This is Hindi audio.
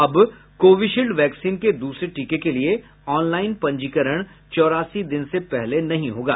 अब कोविशील्ड वैक्सीन के द्रसरे टीके के लिए ऑनलाइन पंजीकरण चौरासी दिन से पहले नहीं होगा